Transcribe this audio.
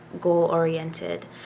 goal-oriented